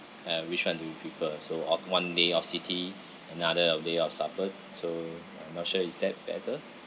and which [one] do you prefer so after one day of city another of day of suburb so I'm not sure is that better